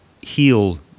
heal